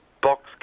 Box